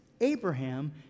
Abraham